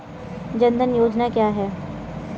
जनधन योजना क्या है?